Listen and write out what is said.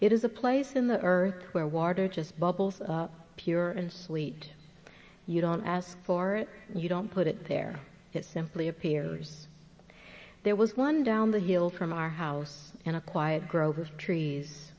it is a place in the earth where water just bubbles up pure and sleet you don't ask for it you don't put it there it simply appears there was one down the hill from our house in a quiet grove of trees